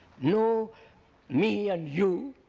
no me and you,